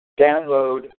download